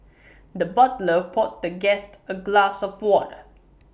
the butler poured the guest A glass of water